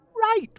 Right